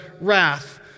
wrath